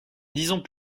disons